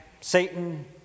Satan